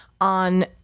on